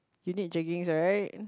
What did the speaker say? you need jaggings right